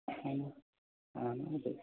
है ना हाँ ना मैंने देखा